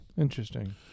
Interesting